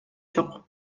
жок